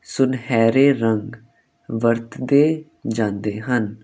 ਸੁਨਹਿਰੇ ਰੰਗ ਵਰਤੇ ਜਾਂਦੇ ਹਨ